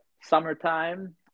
summertime